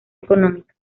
económica